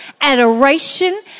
adoration